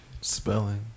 Spelling